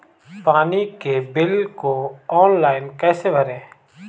पानी के बिल को ऑनलाइन कैसे भरें?